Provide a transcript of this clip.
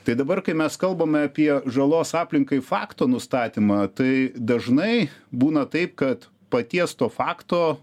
tai dabar kai mes kalbame apie žalos aplinkai fakto nustatymą tai dažnai būna taip kad paties to fakto